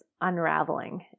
unraveling